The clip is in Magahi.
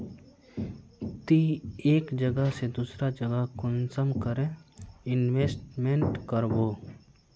ती एक जगह से दूसरा जगह कुंसम करे इन्वेस्टमेंट करबो?